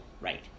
right